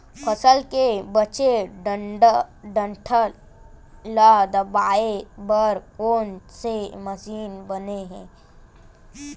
फसल के बचे डंठल ल दबाये बर कोन से मशीन बने हे?